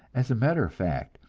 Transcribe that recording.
as a matter of fact,